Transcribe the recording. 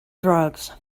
drugs